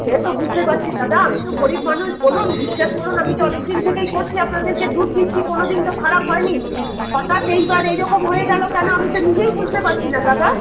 সেতো বুঝতে পারছি দাদা আমিতো গরিব মানুষ বলুন বিশ্বাস করুন আমি তো অনেকদিন থেকেই করছি আপনাদেরকে দুধ দিচ্ছি কোনোদিন তো খারাপ হয়নি হঠাৎ এইবার এইরকম হয়ে গেলো কেন আমিতো নিজেই বুঝতে পারছি না দাদা